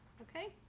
okay.